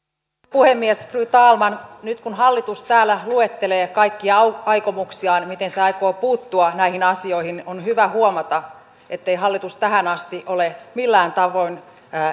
puhemies fru talman nyt kun hallitus täällä luettelee kaikkia aikomuksiaan miten se aikoo puuttua näihin asioihin on hyvä huomata ettei hallitus tähän asti ole millään tavoin